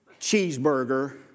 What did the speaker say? cheeseburger